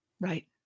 Right